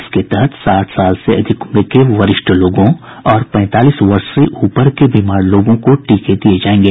इसके तहत साठ साल से अधिक उम्र के वरिष्ठ लोगों और पैंतालीस वर्ष से ऊपर के बीमार लोगों को टीके दिये जायेंगे